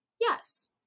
Yes